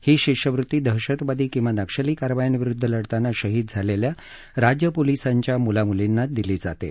ही शिष्यवृत्ती दहशतवादी किंवा नक्षली कारवायांविरुद्ध लढताना शहीद झालेल्या राज्य पोलिसांच्या मुला मुलींना दिली जाते